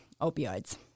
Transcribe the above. opioids